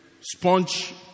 Sponge